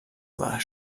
war